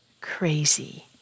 Crazy